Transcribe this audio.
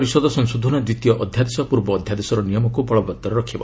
ପରିଷଦ ସଂଶୋଧନ ଦ୍ୱିତୀୟ ଅଧ୍ୟାଦେଶ ପୂର୍ବ ଅଧ୍ୟାଦେଶର ନିୟମକୁ ବଳବତ୍ତର ରଖିବ